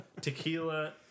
tequila